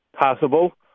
possible